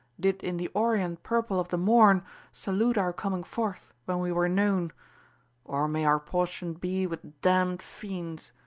did in the orient purple of the morn salute our coming forth, when we were known or may our portion be with damned fiends.